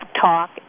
talk